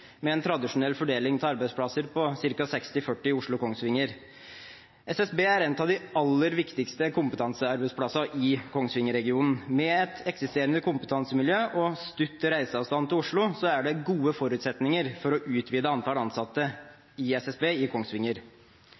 med en tradisjonell fordeling av arbeidsplasser på ca. 60–40. SSB er en av de aller viktigste kompetansearbeidsplassene i Kongsvinger-regionen. Med et eksisterende kompetansemiljø og kort reiseavstand til Oslo er det gode forutsetninger for å utvide antall ansatte i SSB i Kongsvinger.